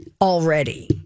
already